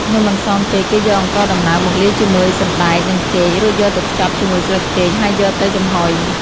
នំអន្សមចេក គេយកអង្ករដំណើបមកលាយជាមួយសណ្ដែក និងចេក រួចយកទៅខ្ចប់ជាមួយស្លឹកចេកហើយយកទៅចំហុយ។